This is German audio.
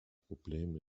problem